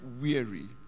weary